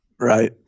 Right